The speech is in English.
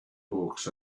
hawks